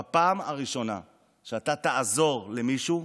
בפעם הראשונה שאתה תעזור למישהו,